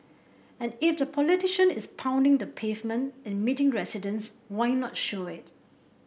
and if the politician is pounding the pavement and meeting residents why not show it